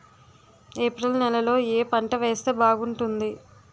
April నెలలో ఏ పంట వేస్తే బాగుంటుంది?